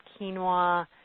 quinoa